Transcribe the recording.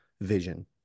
vision